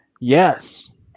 yes